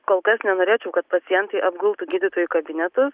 kol kas nenorėčiau kad pacientai apgultų gydytojų kabinetus